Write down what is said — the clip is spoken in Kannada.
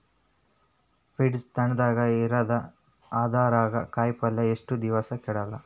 ಫ್ರಿಡ್ಜ್ ತಣಗ ಇರತದ, ಅದರಾಗ ಕಾಯಿಪಲ್ಯ ಎಷ್ಟ ದಿವ್ಸ ಕೆಡಲ್ಲ?